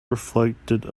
reflected